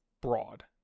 broad